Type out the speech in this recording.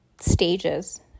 stages